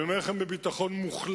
אני אומר לכם בביטחון מוחלט,